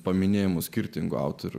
paminėjimus skirtingų autorių